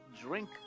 drink